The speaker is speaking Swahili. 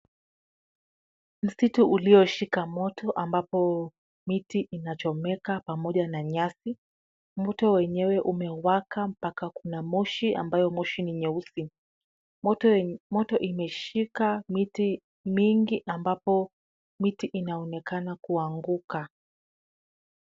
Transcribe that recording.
Msitu ulioshika moto ambapo miti inachomeka pamoja na nyasi. Moto wenyewe umewaka mpaka kuna moshi ambayo moshi ni nyeusi. Moto imeshika miti mingi ambapo miti inaonekana kuanguka.